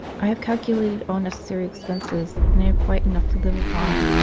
i have calculated all necessary expenses, and i have quite enough to live upon,